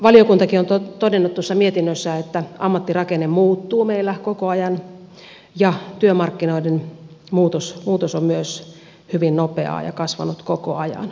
valiokuntakin on todennut mietinnössään että ammattirakenne muuttuu meillä koko ajan ja työmarkkinoiden muutos on myös hyvin nopeaa ja kasvanut koko ajan